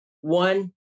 one